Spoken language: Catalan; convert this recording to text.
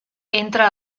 entra